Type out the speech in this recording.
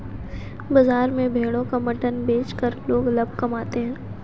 बाजार में भेड़ों का मटन बेचकर लोग लाभ कमाते है